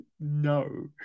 No